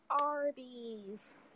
Arby's